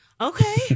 Okay